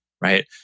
right